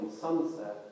sunset